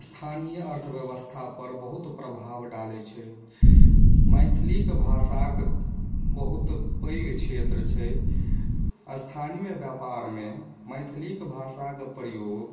स्थानीय अर्थव्यवस्था पर बहुत प्रभाव डालैत छै मैथिलीक भाषाक बहुत पैघ क्षेत्र छै स्थानीय व्यापारमे मैथिली भाषाक प्रयोग